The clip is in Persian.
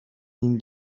این